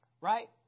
Right